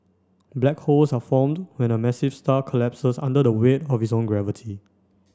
black holes are formed when a massive star collapses under the weight of its own gravity